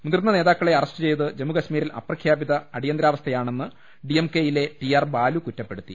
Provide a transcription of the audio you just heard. മുതിർന്ന് നേതാക്കളെ അറസ്റ്റുചെയ്ത് ജമ്മു കശ്മീരിൽ അപ്ര ഖ്യാപിത അടിയന്തരാവസ്ഥയാണെന്ന് ഡിഎംകെയിലെ ടി ആർ ബാലു കുറ്റപ്പെടുത്തി